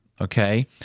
Okay